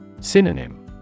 Synonym